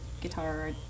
guitar